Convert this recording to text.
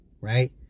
right